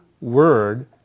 word